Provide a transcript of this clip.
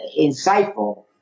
insightful